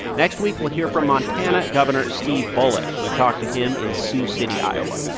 next week, we'll hear from montana governor steve bullock. we talk to him in sioux city, iowa.